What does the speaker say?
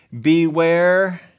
Beware